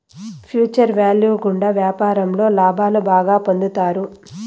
future value గుండా వ్యాపారంలో లాభాలు బాగా పొందుతారు